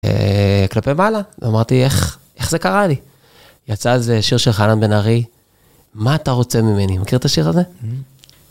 כלפי מעלה, ואמרתי, איך זה קרה לי? יצא איזה שיר של חנן בן ארי, מה אתה רוצה ממני? מכיר את השיר הזה?